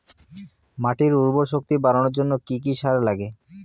মাটির উর্বর শক্তি বাড়ানোর জন্য কি কি সার লাগে?